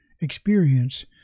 experience